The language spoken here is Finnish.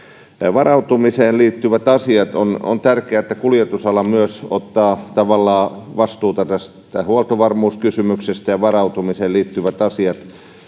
varautumiseen liittyvät asiat on on tärkeää että kuljetusala ottaa tavallaan vastuuta myös tästä huoltovarmuuskysymyksestä ja varautumiseen liittyvät asiat